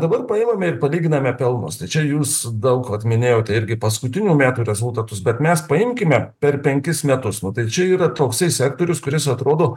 dabar paimame ir palyginame pelnus tai čia jūs daug vat minėjau tai irgi paskutinių metų rezultatus bet mes paimkime per penkis metus matai čia yra toksai sektorius kuris atrodo